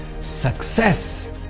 Success